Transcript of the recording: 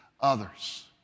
others